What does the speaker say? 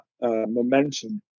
momentum